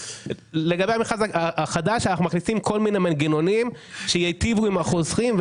לגבי המכרז החדש אנחנו מכניסים כל מיני מנגנונים שייטיבו עם החוסכים,